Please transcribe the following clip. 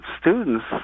students